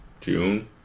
June